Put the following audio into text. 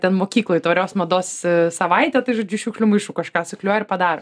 ten mokykloj tvarios mados savaitė tai žodžiu iš šiukšlių maišų kažką suklijuoja ir padaro